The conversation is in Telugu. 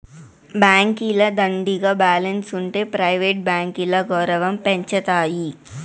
బాంకీల దండిగా బాలెన్స్ ఉంటె ప్రైవేట్ బాంకీల గౌరవం పెంచతాయి